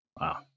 Wow